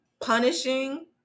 punishing